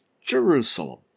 Jerusalem